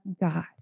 God